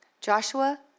Joshua